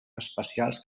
especials